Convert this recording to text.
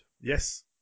Yes